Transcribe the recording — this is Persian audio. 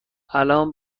الان